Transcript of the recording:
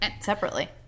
Separately